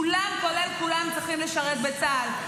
כולם כולל כולם צריכים לשרת בצה"ל.